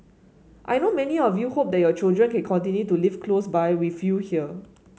I know many of you hope that your children can continue to live close by with you here